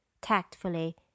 tactfully